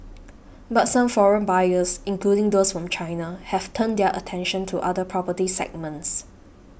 but some foreign buyers including those from China have turned their attention to other property segments